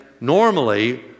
normally